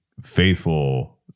faithful